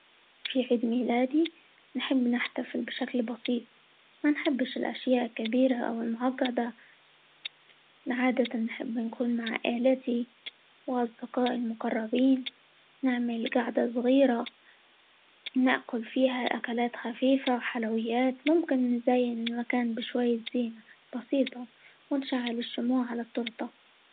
في عيد ميلادي نحب نحتفل بشكل بسيط، ما نحبش الأشياء الكبيرة، أو المعقدة، عادةً نحب نكون مع عائلتي، وأصدقائي المقربين، نعمل قعدة صغيرة، نأكل فيها أكلات خفيفة، وحلويات، ممكن نزين المكان بشوية زينة بسيطة، ونشعل الشموع على التورتة.